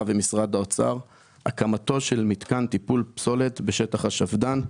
ומשרד האוצר הקמתו של מתקן טיפול פסולת בשטח השפד"ן.